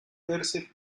verse